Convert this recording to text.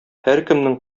һәркемнең